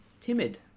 timid